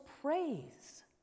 praise